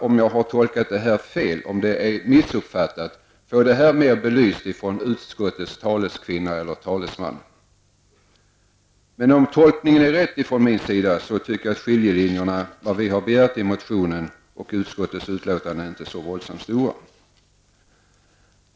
Om jag har missuppfattat texten, måste jag be att få frågan ytterligare belyst av utskottets talesman. Men om min tolkning är riktig anser jag att skillnaden mellan yrkandet i motionen och utskottets förslag inte är så våldsamt stor.